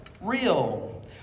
real